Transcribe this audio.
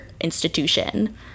institution